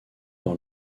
dans